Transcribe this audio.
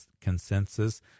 consensus